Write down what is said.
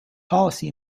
policy